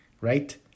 right